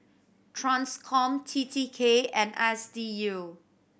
Transcom T T K and S D U